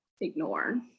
ignore